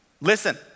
Listen